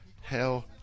hell